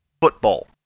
football